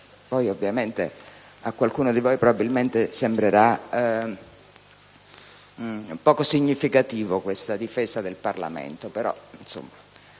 Poi, ovviamente, a qualcuno di voi probabilmente sembrerà poco significativa questa difesa del Parlamento,